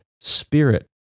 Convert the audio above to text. spirit